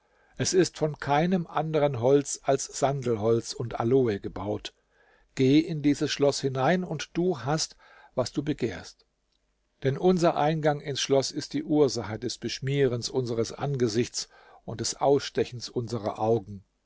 es ist von keinem anderen holz als sandelholz und aloe gebaut geh in dies schloß hinein und du hast was du begehrt denn unser eingang ins schloß ist die ursache des beschmierens unseres angesichts und des ausstechens unserer augen